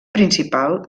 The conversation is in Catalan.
principal